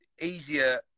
easier